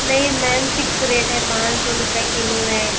नहीं ma'am fix rate है पाँच सौ रुपए किलो है